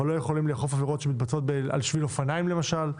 אבל לא יכולים לאכוף עבירות שמתבצעות על שביל אופניים למשל,